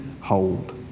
hold